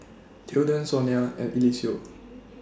Tilden Sonia and Eliseo